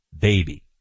Baby